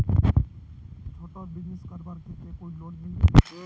छोटो बिजनेस करवार केते कोई लोन मिलबे?